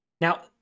Now